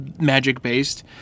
magic-based